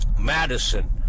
Madison